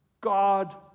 God